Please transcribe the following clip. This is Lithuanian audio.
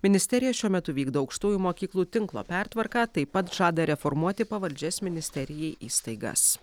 ministerija šiuo metu vykdo aukštųjų mokyklų tinklo pertvarką taip pat žada reformuoti pavaldžias ministerijai įstaigas